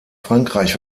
frankreich